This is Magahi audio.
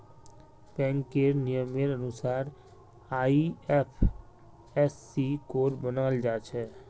बैंकेर नियमेर अनुसार आई.एफ.एस.सी कोड बनाल जाछे